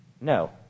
No